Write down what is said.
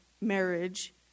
marriage